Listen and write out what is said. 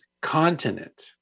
continent